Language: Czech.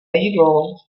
jídlo